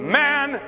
man